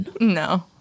No